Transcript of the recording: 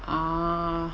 oh